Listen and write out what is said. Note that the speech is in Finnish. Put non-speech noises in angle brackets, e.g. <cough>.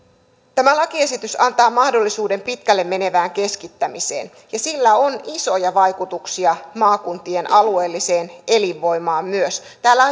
tämä lakiesitys antaa mahdollisuuden pitkälle menevään keskittämiseen ja sillä on isoja vaikutuksia myös maakuntien alueelliseen elinvoimaan täällä <unintelligible>